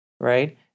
right